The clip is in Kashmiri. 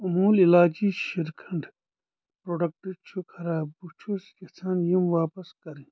اموٗل اِلایچی شرٛیٖکھنٛڈ پروڈکٹ چھ خراب، بہٕ چھس یژھان یِم واپس کرٕنۍ